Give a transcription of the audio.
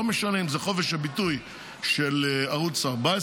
לא משנה אם זה חופש הביטוי של ערוץ 14,